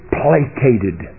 placated